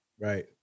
Right